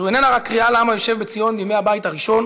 זו איננה רק קריאה לעם היושב בציון בימי הבית הראשון